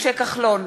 משה כחלון,